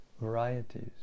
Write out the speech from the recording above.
varieties